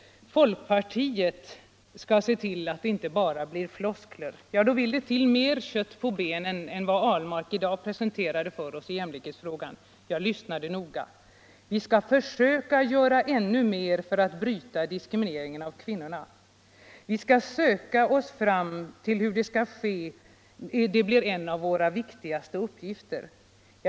Folkpartiet skall se till att det inte bara blir floskler, säger herr Gahrton. Ja, då vill det till mer än vad herr Ahlmark i dag presenterade för oss i jämlikhetsfrågan. Jag lyssnade noga. Han sade: Vi skall försöka göra ännu mer för att bryta diskrimineringen av kvinnorna. Vi skall söka oss fram till hur det skall ske — det bli en av våra viktigaste uppgifter.